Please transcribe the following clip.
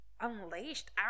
unleashed